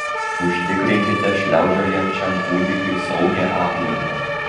užtikrinkite šliaužiojančiam kūdikiui saugią aplinką